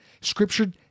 Scripture